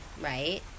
right